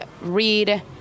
read